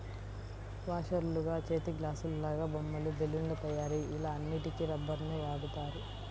వాషర్లుగా, చేతిగ్లాసులాగా, బొమ్మలు, బెలూన్ల తయారీ ఇలా అన్నిటికి రబ్బరుని వాడుతారు